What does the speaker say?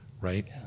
Right